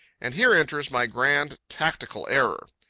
and here enters my grand tactical error.